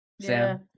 Sam